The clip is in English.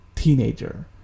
teenager